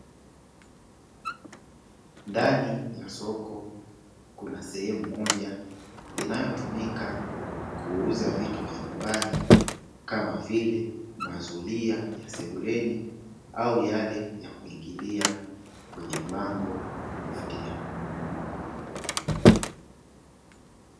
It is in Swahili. Ndani ya soko kuna sehemu moja inayotumika kuuza vitu vya nyumbani kama vile: mazulia ya sebuleni au yale ya kuingilia kwenye mlango wa kufutia.